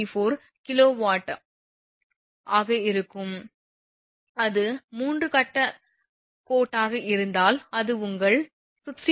34 𝑘𝑊be ஆக இருக்கும் அது 3 கட்ட கோட்டாக இருந்தால் அது உங்கள் 16